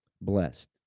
Blessed